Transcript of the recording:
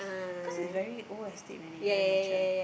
cause is very old estate already very mature